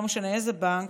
לא משנה איזה בנק,